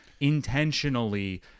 intentionally